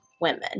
women